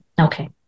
Okay